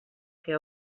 que